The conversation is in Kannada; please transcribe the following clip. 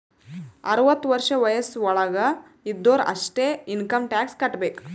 ಅರ್ವತ ವರ್ಷ ವಯಸ್ಸ್ ವಳಾಗ್ ಇದ್ದೊರು ಅಷ್ಟೇ ಇನ್ಕಮ್ ಟ್ಯಾಕ್ಸ್ ಕಟ್ಟಬೇಕ್